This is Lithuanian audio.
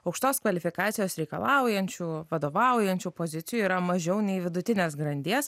aukštos kvalifikacijos reikalaujančių vadovaujančių pozicijų yra mažiau nei vidutinės grandies